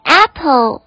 apple